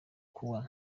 ayo